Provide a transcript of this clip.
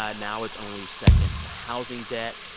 ah now it's only second to housing debt.